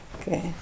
Okay